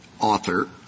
author